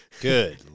Good